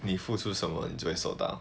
你付出什么你就会收到